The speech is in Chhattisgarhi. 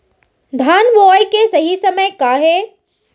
धान बोआई के सही समय का हे?